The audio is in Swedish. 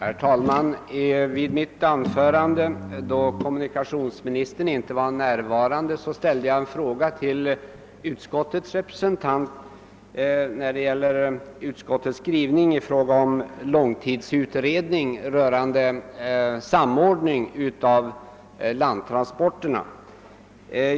Herr talman! I mitt anförande, då kommunikationsministern inte var närvarande, ställde jag en fråga till utskottets representant beträffande utskottets skrivning i fråga om långtidsutredning rörande samordning av landtransporterna.